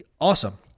awesome